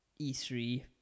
E3